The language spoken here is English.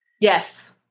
Yes